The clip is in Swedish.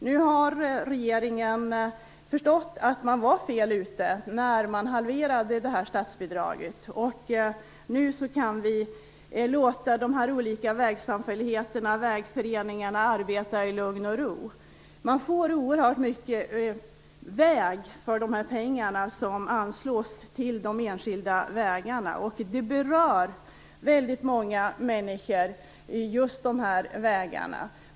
Nu har regeringen förstått att man var fel ute när man halverade statsbidraget, och nu kan vi låta de olika vägsamfälligheterna och vägföreningarna arbeta i lugn och ro. Man får oerhört mycket väg för pengarna som anslås till de enskilda vägarna. Väldigt många människor berörs just av vägarna.